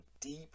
deep